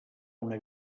una